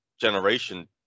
generation